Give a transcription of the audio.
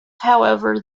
however